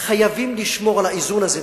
שאנחנו חייבים לשמור על האיזון הזה,